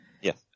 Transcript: Yes